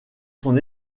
son